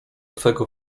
twego